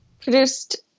produced